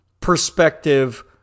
perspective